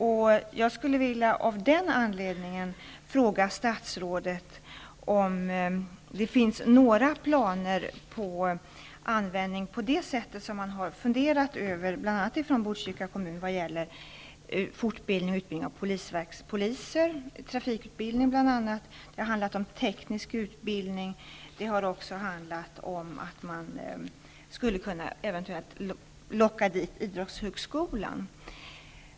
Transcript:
Av den anledningen skulle jag vilja fråga statsrådet om det finns några planer på användning på det sätt som man har funderat över bl.a. ifrån Botkyrka kommun i vad gäller utbildning och fortbildning av poliser, trafikutbildning, teknisk utbildning. Man har också haft planer på att locka dit idrottshögskolan.